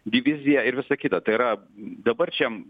divizija ir visa kita tai yra dabar čia